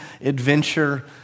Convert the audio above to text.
adventure